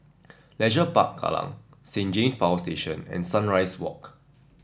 Leisure Park Kallang Saint James Power Station and Sunrise Walk